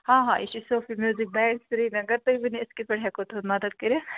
آ آ یہِ چھِ صوٗفی نظیٖر بینک سرینَگر تُہۍ ؤنِو أسۍ کِتھٕ پٲٹھۍ ہیٚکو تُہُنٛد مدد کٔرِتھ